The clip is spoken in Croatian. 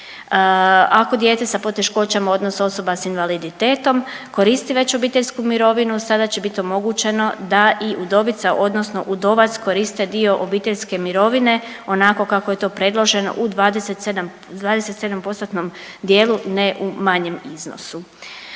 Ako dijete sa poteškoćama odnosno osoba s invaliditetom koristi već obiteljsku mirovinu sada će bit omogućeno da i udovica odnosno udovac koriste dio obiteljske mirovine onako kako je to predloženo u 27, u 27-postotnom dijelu, ne u manjem iznosu.